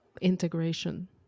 integration